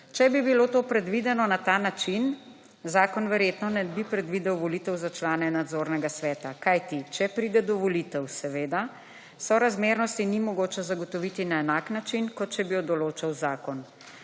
Če bi bilo to predvideno na ta način zakon verjetno ne bi predvidel volitev za člane nadzornega sveta, kajti če pride do volitev seveda sorazmernosti ni mogoče zagotoviti na enak način kot, če bi jo določal zakon.